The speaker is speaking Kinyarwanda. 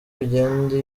bigenda